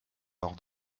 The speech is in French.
hors